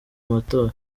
matora